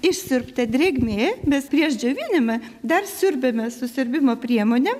išsiurbta drėgmė mes prieš džiovinimą dar siurbiame su siurbimo priemonėm